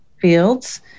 fields